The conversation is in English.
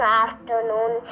afternoon